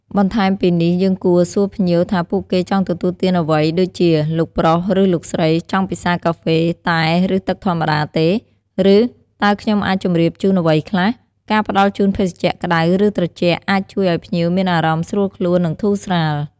បន្ថែមពីនេះ យើងគួរ សួរភ្ញៀវ ថាពួកគេចង់ទទួលទានអ្វី ដូចជា "លោកប្រុស ឬលោកស្រី ចង់ពិសាកាហ្វេ តែ ឬទឹកធម្មតាទេ?" ឬ "តើខ្ញុំអាចជម្រាបជូនអ្វីខ្លះ?" ការផ្តល់ជូនភេសជ្ជៈក្តៅ ឬត្រជាក់ អាចជួយឲ្យភ្ញៀវមានអារម្មណ៍ស្រួលខ្លួន និងធូរស្រាល។